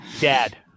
Dad